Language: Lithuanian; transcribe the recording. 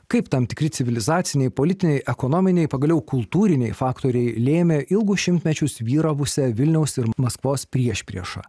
kaip tam tikri civilizaciniai politiniai ekonominiai pagaliau kultūriniai faktoriai lėmė ilgus šimtmečius vyravusią vilniaus ir maskvos priešpriešą